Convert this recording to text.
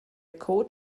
coach